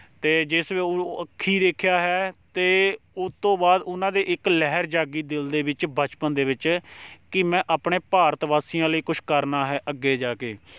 ਅਤੇ ਜਿਸ ਅੱਖੀਂ ਦੇਖਿਆ ਹੈ ਅਤੇ ਉਹ ਤੋਂ ਬਾਅਦ ਉਹਨਾਂ ਦੇ ਇੱਕ ਲਹਿਰ ਜਾਗੀ ਦਿਲ ਦੇ ਵਿੱਚ ਬਚਪਨ ਦੇ ਵਿੱਚ ਕਿ ਮੈਂ ਆਪਣੇ ਭਾਰਤ ਵਾਸੀਆਂ ਲਈ ਕੁਝ ਕਰਨਾ ਹੈ ਅੱਗੇ ਜਾ ਕੇ